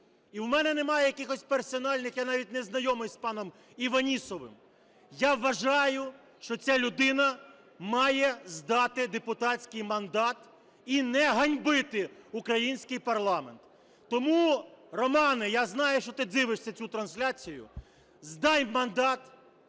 І в мене немає якихось персональних, я навіть не знайомий з паном Іванісовим. Я вважаю, що ця людина має здати депутатський мандат і не ганьбити український парламент. Тому, Романе, я знаю, що ти дивишся цю трансляцію, здай мандат,